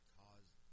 caused